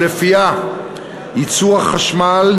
ולפיה ייצור החשמל,